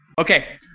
Okay